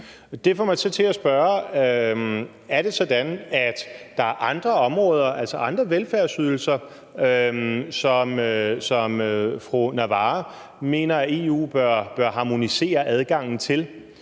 Det får mig så til at spørge: Er det sådan, at der er andre områder, altså andre velfærdsydelser, som fru Samira Nawa mener at EU bør harmonisere adgangen til?